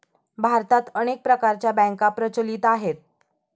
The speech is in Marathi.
भारतात अनेक प्रकारच्या बँका प्रचलित आहेत